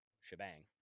shebang